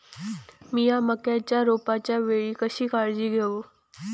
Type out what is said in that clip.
मीया मक्याच्या रोपाच्या वेळी कशी काळजी घेव?